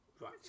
right